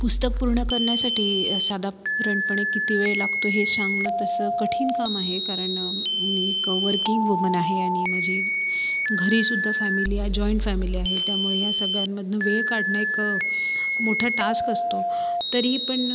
पुस्तक पूर्ण करण्यासाठी साधापरणपणे किती वेळ लागतो हे सांगणं तसं कठीण काम आहे कारण मी एक वर्किंग वुमन आहे आणि माझी घरीसुद्धा फॅमिली आ जॉइंट फॅमिली आहे त्यामुळे या सगळ्यांमधनं वेळ काढणं एक मोठा टास्क असतो तरीही पण